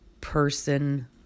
person